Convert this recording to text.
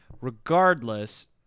Regardless